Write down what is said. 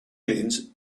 aliens